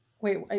Wait